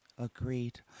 agreed